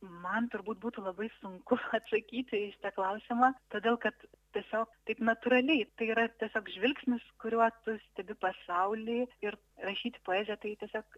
man turbūt būtų labai sunku atsakyti į šitą klausimą todėl kad tiesiog taip natūraliai tai yra tiesiog žvilgsnis kuriuo tu stebi pasaulį ir rašyt poeziją tai tiesiog